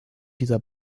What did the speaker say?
dieser